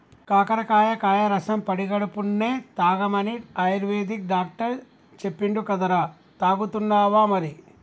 కాకరకాయ కాయ రసం పడిగడుపున్నె తాగమని ఆయుర్వేదిక్ డాక్టర్ చెప్పిండు కదరా, తాగుతున్నావా మరి